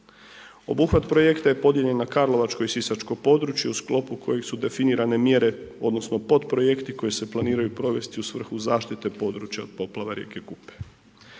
Obuhvat projekta je podijeljen na karlovačko i sisačko područje u sklopu kojih su definirane mjere odnosno pod projekti koji se planiraju provesti u svrhu zaštite područja od poplava rijeke Kupe.